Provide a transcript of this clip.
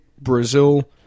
Brazil